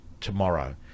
tomorrow